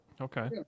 okay